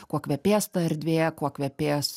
kuo kvepės ta erdvė kuo kvepės